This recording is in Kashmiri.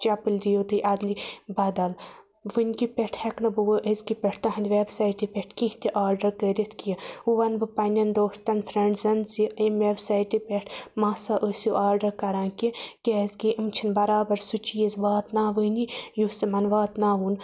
چَپٕلۍ دِیِو تُہۍ اَدلہِ بَدَل وِنکہِ پٮ۪ٹھ ہیٚکہٕ نہٕ بہٕ أزکہِ پٮ۪ٹھ تہنٛد ویٚبسایٹہِ پٮ۪ٹھ کینٛہہ تہِ آرڈَر کٔرِتھ کینٛہہ وۄنۍ وَنہٕ بہٕ پَننٮ۪ن دوستَن فرنڈزَن زِ امہِ ویٚبسایٹہِ پٮ۪ٹھ مَسا ٲسِو آرڈَر کَران کہ کیازکہِ یِم چھِنہٕ بَرابَر سُہ چیٖز واتناوٲنی یُس یِمَن واتناوُن